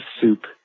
soup